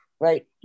right